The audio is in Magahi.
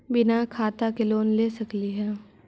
बिना खाता के लोन ले सकली हे?